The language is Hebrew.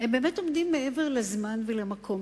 באמת עומדים מעבר לזמן ולמקום.